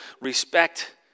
respect